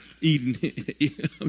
Eden